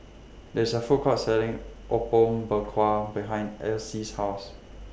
There IS A Food Court Selling Apom Berkuah behind Alcie's House